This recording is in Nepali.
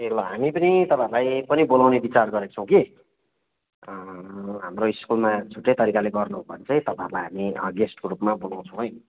ए ल हामी पनि तपाईँहरूलाई पनि बोलाउने बिचार गरेको छौँ कि हाम्रो स्कुलमा छुट्टै तरिकाले गर्नु हो भने चाहिँ तपाईँहरूलाई हामी गेस्टको रूपमा बोलाउँछौँ है